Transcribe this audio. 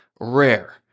rare